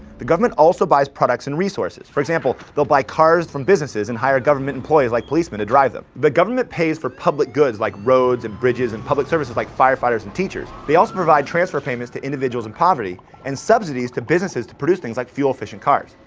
the government also buys products and resources. for example, they'll buy cars from businesses and hire government employees like policemen to drive them. the government pays for public goods like roads and bridges and public services like firefighters and teachers. they also provide transfer payments to individuals in poverty and subsidies to businesses to produce things like fuel efficient cars.